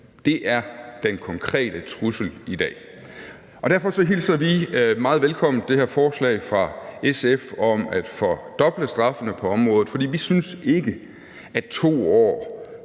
Det er den konkrete trussel i dag. Derfor hilser vi det her forslag fra SF om at fordoble straffene på området meget velkommen, for